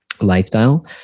lifestyle